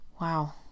Wow